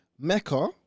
Mecca